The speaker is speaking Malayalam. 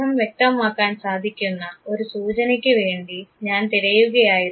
അർഥം വ്യക്തമാക്കാൻ സാധിക്കുന്ന ഒരു സൂചനയ്ക്ക് വേണ്ടി ഞാൻ തിരയുകയായിരുന്നു